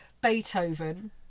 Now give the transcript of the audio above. Beethoven